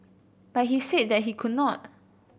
but he said that he could not